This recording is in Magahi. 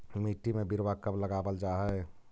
मिट्टी में बिरवा कब लगावल जा हई?